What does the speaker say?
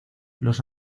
los